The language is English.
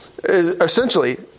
Essentially